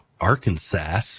Arkansas